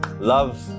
love